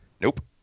Nope